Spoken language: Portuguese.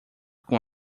com